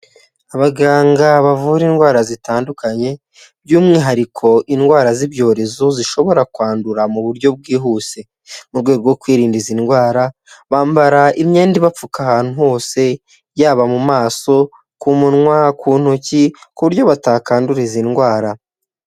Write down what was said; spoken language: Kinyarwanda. Abaganga bavura indwara zitandukanye, by'umwihariko indwara z'ibyorezo zishobora kwandura mu buryo bwihuse, mu rwego rwo kwirinda izi ndwara, bambara imyenda ibapfuka ahantu hose, yaba mu maso, ku munwa, ku ntoki, ku buryo batakandura izi indwara.